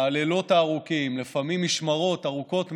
הלילות הארוכים, לפעמים משמרות ארוכות מאוד,